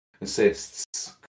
Assists